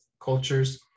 cultures